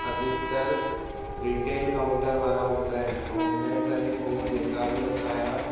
अधिकतर retail counter वारा हूंदा आहिनि ऐं हिन ई करे हो जेका बि असांजा